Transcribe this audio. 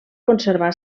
conservar